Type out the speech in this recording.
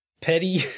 petty